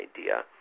idea